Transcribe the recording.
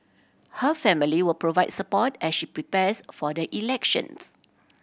her family will provide support as she prepares for the elections